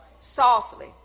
softly